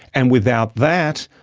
and without that,